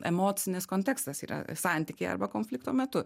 emocinis kontekstas yra santykiai arba konflikto metu